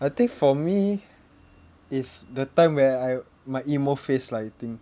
I think for me it's the time when I my emo phase lah I think